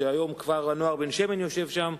שהיום כפר הנוער בן-שמן יושב בהן,